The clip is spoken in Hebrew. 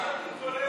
אני רוצה לדבר